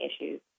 issues